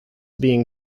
being